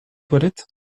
toilettes